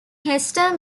hester